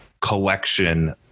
collection